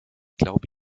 glaube